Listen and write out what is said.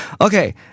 Okay